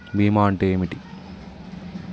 బీమా అంటే ఏమిటి?